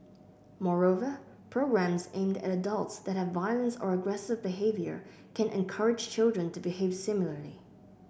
moreover programmes aimed at adults that have violence or aggressive behaviour can encourage children to behave similarly